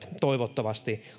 toivottavasti